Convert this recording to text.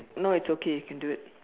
no it's okay you can do it